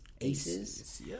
Aces